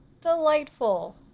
Delightful